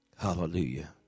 Hallelujah